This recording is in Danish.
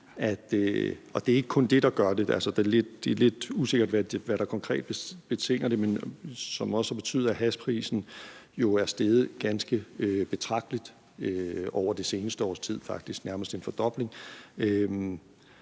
det er ikke kun det, der gør det; det er lidt usikkert, hvad der konkret har betinget det – at hashprisen er steget ganske betragteligt over det seneste års tid, faktisk er der